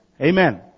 Amen